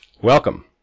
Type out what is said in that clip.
Welcome